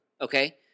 Okay